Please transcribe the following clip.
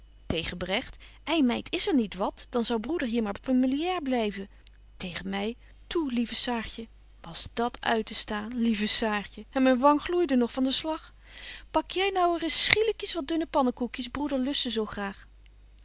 ei meid is er niet wat dan zou broeder hier maar familiair blyven tegen my toe lieve saartje was dat uittestaan lieve saartje en myn wang gloeide nog van den slag bak jy nou ereis schielykjes wat dunne pannekoekjes broeder lust ze zo graag